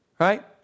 right